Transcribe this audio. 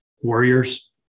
Warriors